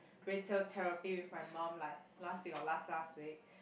retail therapy with my mum like last week or last last week